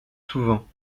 souvent